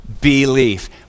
belief